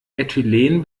äthylen